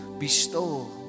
bestow